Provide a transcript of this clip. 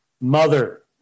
mother